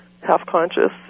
half-conscious